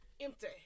empty